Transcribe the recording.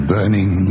Burning